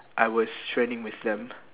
I was training with them